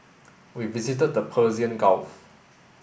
we visited the Persian Gulf